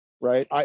Right